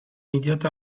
idiota